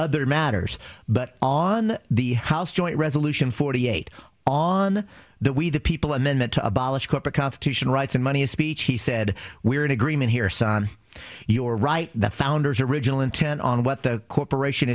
other matters but on the house joint resolution forty eight on the we the people amendment to abolish corporate constitutional rights and money is speech he said we're in agreement here son you're right the founders original intent on what the corporation